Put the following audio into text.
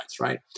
right